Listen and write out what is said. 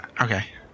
okay